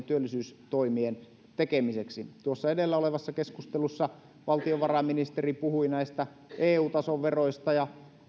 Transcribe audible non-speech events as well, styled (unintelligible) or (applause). (unintelligible) työllisyystoimien tekemiseksi tuossa edellä olevassa keskustelussa valtiovarainministeri puhui näistä eu tason veroista ja